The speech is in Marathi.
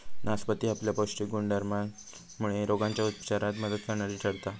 नासपती आपल्या पौष्टिक गुणधर्मामुळे रोगांच्या उपचारात मदत करणारी ठरता